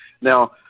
Now